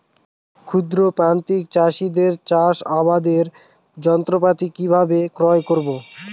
ক্ষুদ্র প্রান্তিক চাষীদের চাষাবাদের যন্ত্রপাতি কিভাবে ক্রয় করব?